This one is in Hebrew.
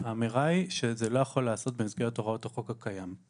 האמירה היא שזה לא יכול להיעשות במסגרת הוראות החוק הקיים.